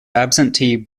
absentee